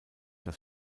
das